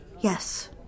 Yes